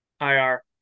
IR